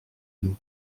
nous